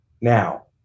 Now